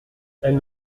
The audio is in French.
elles